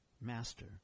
Master